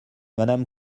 madame